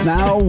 Now